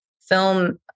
film